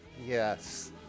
Yes